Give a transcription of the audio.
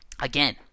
again